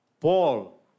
Paul